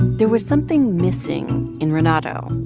there was something missing in renato,